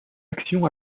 action